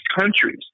countries